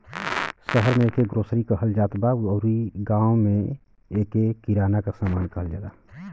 शहर में एके ग्रोसरी कहत जात बा अउरी गांव में एके किराना के सामान कहल जाला